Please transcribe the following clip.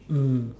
mm